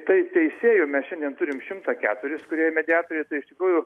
tai teisėjų šiandien turime šimtą keturis kurie mediatoriai tai iš tikrųjų